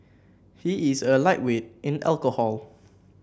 he is a lightweight in alcohol